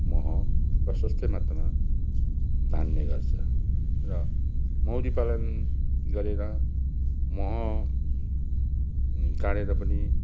मह प्रशस्तै मात्रामा तान्ने गर्छ र मौरी पालन गरेर मह काढेर पनि